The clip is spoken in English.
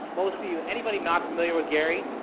most of you, anybody not familiar with gary?